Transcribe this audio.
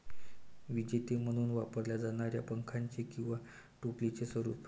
विजेते म्हणून वापरल्या जाणाऱ्या पंख्याचे किंवा टोपलीचे स्वरूप